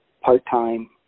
part-time